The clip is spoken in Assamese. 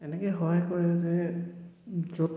এনেকে সহায় কৰে যে য'ত